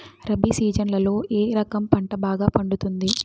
రబి సీజన్లలో ఏ రకం పంట బాగా పండుతుంది